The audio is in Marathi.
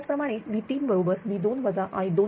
त्याच प्रमाणे V3 बरोबर V2 I2Z2